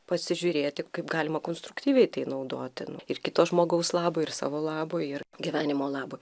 pasižiūrėti kaip galima konstruktyviai tai naudoti ir kito žmogaus labui ir savo labui ir gyvenimo labui